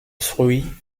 fruits